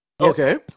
Okay